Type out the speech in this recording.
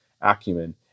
acumen